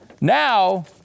now